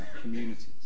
communities